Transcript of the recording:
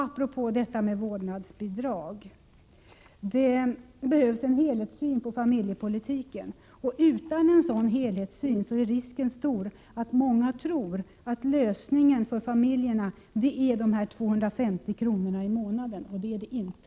Apropå detta med vårdnadsbidrag vill jag säga att det behövs en helhetssyn på familjepolitiken. Utan en sådan helhetssyn är risken stor att många tror att lösningen för familjerna är dessa 250 kr. i månaden. Så är det inte.